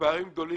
ופערים גדולים,